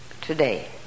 today